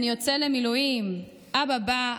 אני יוצא למילואי ם/ אבא בא,